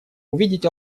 увидеть